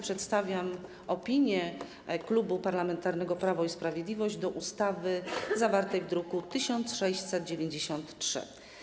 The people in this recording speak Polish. Przedstawiam opinię Klubu Parlamentarnego Prawo i Sprawiedliwość dotyczącą ustawy zawartej w druku nr 1693.